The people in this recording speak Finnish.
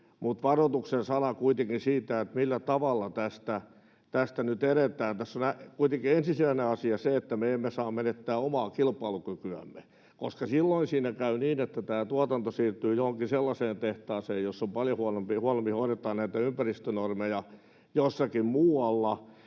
mutta varoituksen sana kuitenkin siitä, millä tavalla tästä nyt edetään: Tässä on kuitenkin ensisijainen asia se, että me emme saa menettää omaa kilpailukykyämme, koska muutoin siinä käy niin, että tämä tuotanto siirtyy johonkin sellaiseen tehtaaseen jossakin muualla, jossa paljon huonommin hoidetaan näitä ympäristönormeja. Eli